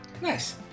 Nice